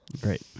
Great